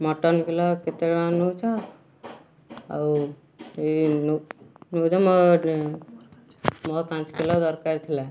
mutton kilo କେତେ ଟଙ୍କା ନେଉଛ ଆଉ ଏଇ ମୋର ପାଞ୍ଚ କିଲୋ ଦରକାର ଥିଲା